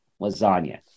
lasagna